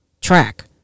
track